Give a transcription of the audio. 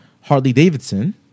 Harley-Davidson